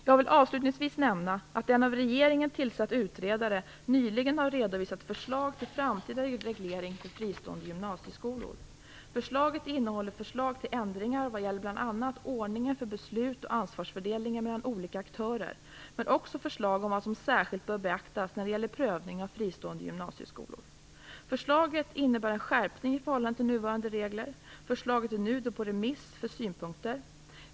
Jag vill avslutningsvis nämna att en av regeringen tillsatt utredare nyligen har redovisat förslag till framtida reglering för fristående gymnasieskolor. Förslaget innehåller förslag till ändringar bl.a. vad gäller ordningen för beslut och ansvarsfördelningen mellan olika aktörer men också förslag om vad som särskilt bör beaktas när det gäller prövning av fristående gymnasieskolor. Förslaget innebär en skärpning i förhållande till nuvarande regler. Förslaget är nu på remiss för synpunkter.